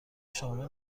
شامل